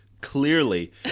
clearly